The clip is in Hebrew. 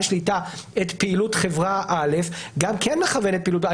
שליטה את פעילות חברה א' גם כן מכוון את פעילות חברה ב'.